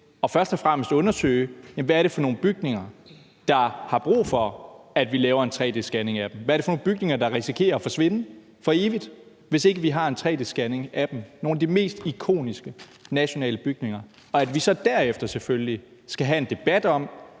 til først og fremmest at undersøge, hvad det er for nogle bygninger, der har brug for, at vi laver en tre-d-scanning af dem – hvad er det for nogle bygninger, der risikerer at forsvinde for evigt, hvis ikke vi har en tre-d-scanning af dem, af nogle af de mest ikoniske nationale bygninger? – og at vi så derefter selvfølgelig skal have en debat om,